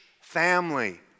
family